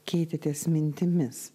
keitėtės mintimis